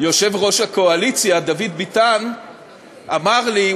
אז יושב ראש הקואליציה דוד ביטן אמר לי,